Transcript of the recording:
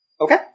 Okay